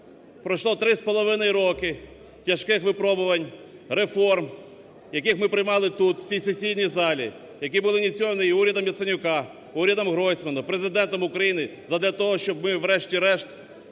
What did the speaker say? Пройшло 3,5 роки тяжких випробувань, реформ, які ми приймали тут, в цій сесійній залі, які були ініційовані і урядом Яценюка, урядом Гройсмана, Президентом України задля того, щоб ми врешті-решт